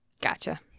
Gotcha